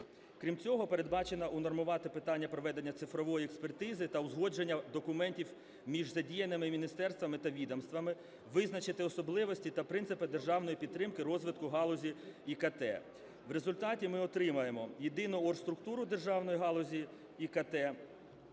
Крім цього, передбачено унормувати питання проведення цифрової експертизи та узгодження документів між задіяними міністерствами та відомствами, визначити особливості та принципи державної підтримки розвитку галузі ІКТ. В результаті ми отримаємо єдину оргструктуру державної галузі ІКТ,